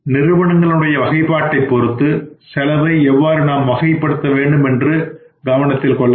நிறுவனங்களினுடைய வகைபாட்டை பொருத்து செலவை எவ்வாறு நாம் வகைப்படுத்த வேண்டும் என்று கவனத்தில் கொள்ள வேண்டும்